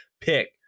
pick